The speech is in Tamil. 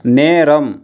நேரம்